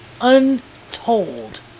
untold